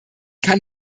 kann